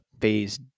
phase